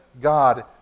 God